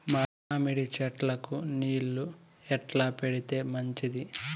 మామిడి చెట్లకు నీళ్లు ఎట్లా పెడితే మంచిది?